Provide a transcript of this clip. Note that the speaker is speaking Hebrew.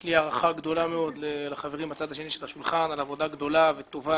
יש לי הערכה גדולה מאוד לחברים בצד השני של השולחן על עבודה גדולה וטובה